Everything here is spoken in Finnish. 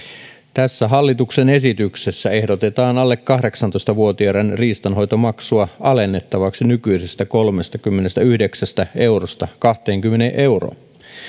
tässä hallituksen esityksessä ehdotetaan alle kahdeksantoista vuotiaiden riistanhoitomaksua alennettavaksi nykyisestä kolmestakymmenestäyhdeksästä eurosta kahteenkymmeneen euroon